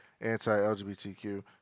anti-LGBTQ